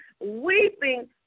weeping